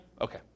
Okay